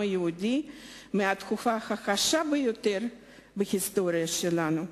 היהודי מהתקופה הקשה ביותר בהיסטוריה שלנו.